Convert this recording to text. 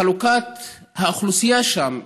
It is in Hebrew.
חלוקת האוכלוסייה שם,